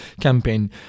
campaign